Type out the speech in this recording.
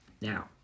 Now